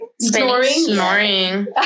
Snoring